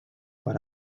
per